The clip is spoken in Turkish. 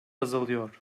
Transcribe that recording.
azalıyor